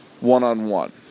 one-on-one